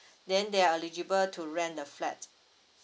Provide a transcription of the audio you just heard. then they are eligible to rent the flat